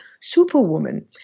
superwoman